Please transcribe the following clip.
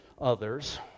others